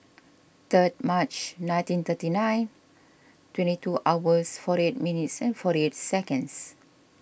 third March nineteen thirty nine twenty two hours forty eight minutes forty eight seconds